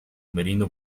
merino